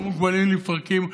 או מוגבלים לפרקים,